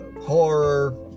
horror